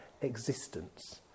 existence